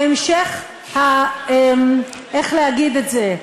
בהמשך, איך להגיד את זה?